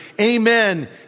Amen